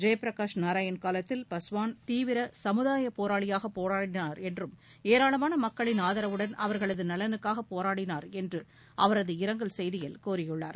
ஜெயபிரகாஷ் நாராயண் காலத்தில் பஸ்வான் தீவிர கமுதாய போராளியாக போராடினார் என்றும் ஏராளமான மக்களின் ஆதரவுடன் அவர்களது நலனுக்காக போராடினார் என்றும் அவரது இரங்கல் செய்தியில் கூறியுள்ளார்